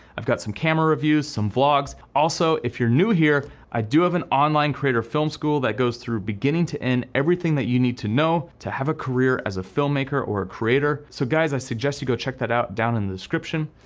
i've got some camera reviews, some vlogs. also if you're new here, i do have an online creator film school that goes through beginning to end. everything that you need to know to have a career as a filmmaker or creator. so guys i suggest you go check that out down in the description.